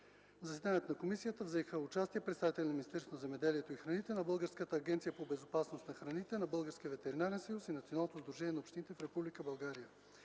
заседанието на комисията взеха участие представители на Министерството на земеделието и храните, на Българската агенция по безопасност на храните, на Българския ветеринарен съюз и на Националното сдружение на общините в Република България.